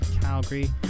Calgary